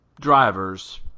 drivers